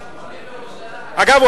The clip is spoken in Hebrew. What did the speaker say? אגב,